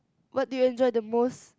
what do you enjoy the most